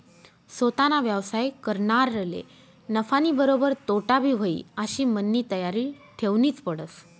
सोताना व्यवसाय करनारले नफानीबरोबर तोटाबी व्हयी आशी मननी तयारी ठेवनीच पडस